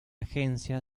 agencia